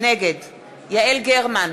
נגד יעל גרמן,